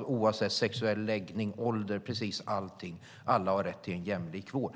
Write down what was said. oavsett sexuell läggning, ålder, precis allting. Alla har rätt till en jämlik vård.